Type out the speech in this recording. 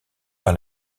par